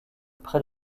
près